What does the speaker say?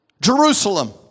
Jerusalem